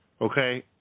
Okay